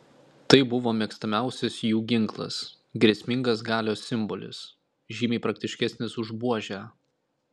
tai buvo mėgstamiausias jų ginklas grėsmingas galios simbolis žymiai praktiškesnis už buožę